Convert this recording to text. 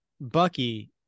bucky